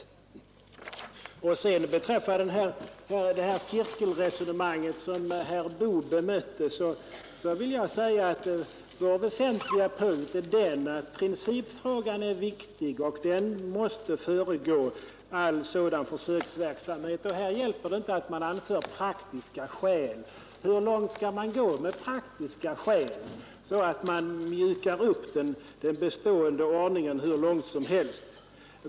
Herr Boo har redan bemött talet om cirkelresonemanget, och jag vill beträffande det endast säga att vår väsentliga ståndpunkt är den att principfrågan är viktig och att beslut i den måste föregå all sådan försöksverksamhet. Här hjälper det inte att anföra praktiska skäl. Hur långt skall man gå för att av praktiska skäl mjuka upp den bestående ordningen? Hur långt som helst?